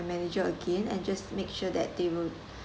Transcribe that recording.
manager again and just make sure that they will